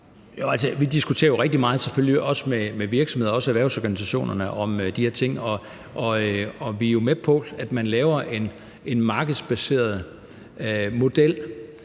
de her ting rigtig meget med virksomhederne og erhvervsorganisationerne, og vi er jo med på, at man laver en markedsbaseret model,